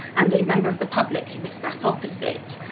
and a member of the public, who was sat opposite,